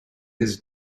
his